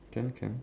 can can